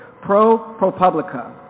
ProPublica